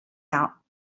out